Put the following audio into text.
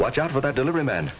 watch out for the delivery man